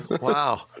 wow